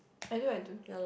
I know I do